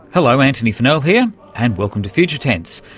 hello, antony funnell here and welcome to future tense.